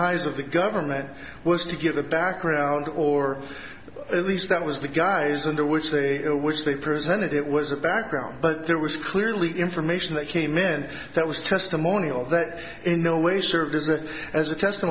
eyes of the government was to give a background or at least that was the guys under which they were which they presented it was a background but there was clearly information that came in that was testimonial that in no way served as a as a test